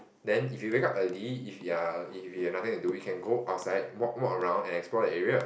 then if you wake up early if you are if you have nothing to do we can go outside walk walk around and explore the area